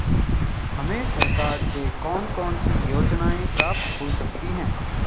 हमें सरकार से कौन कौनसी योजनाएँ प्राप्त हो सकती हैं?